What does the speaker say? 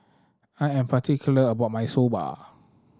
I am particular about my Soba